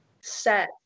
set